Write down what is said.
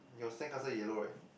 it was sand castle yellow right